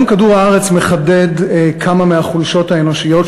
יום כדור-הארץ מחדד כמה מהחולשות האנושיות